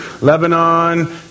Lebanon